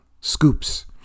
scoops